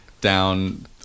down